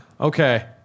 Okay